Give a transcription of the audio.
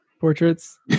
portraits